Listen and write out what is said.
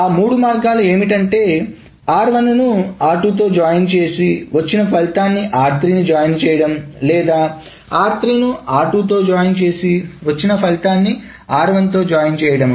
ఆ మూడు మార్గాలు ఏమిటంటే r1 ను r2 తో జాయిన్ చేసి వచ్చిన ఫలితాన్ని r3 జాయిన్ చేయడం లేదా r3 ను r2 తో జాయిన్ చేసి వచ్చిన ఫలితాన్ని r1 తో జాయిన్ చేయడం